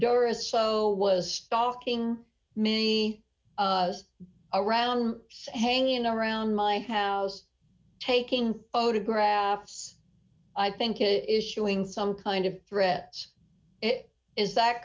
doris flow was stalking me around hanging around my house taking photographs i think it is showing some kind of threat it is that